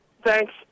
Thanks